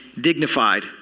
dignified